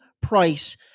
price